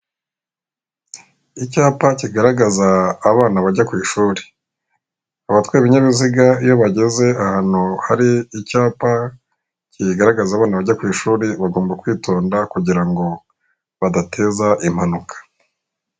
Icyapa kigaragaza abana bajya ku ishuri. Abatwaye ibinyabiziga iyo bageze ahantu hari icyapa kigaragaza abana bajya ku ishuri bagomba kwitonda kugira ngo badateza impanuka.